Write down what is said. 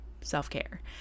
self-care